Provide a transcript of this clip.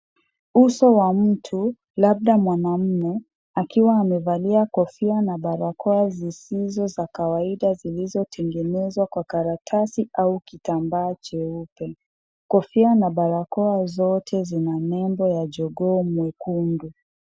Uso wa mtu labda mwanamme akiwa amevalia kofia na barakoa zisizo za kawaida zilizotengenezwa kwa karatasi au kitambaa cheupe. Kofia na barakoa zote zina nembo ya jogoo mwekundu.